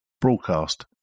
broadcast